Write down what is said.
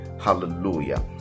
hallelujah